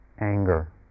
anger